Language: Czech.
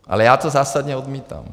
Ale já to zásadně odmítám.